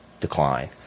decline